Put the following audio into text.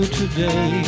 today